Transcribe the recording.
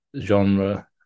genre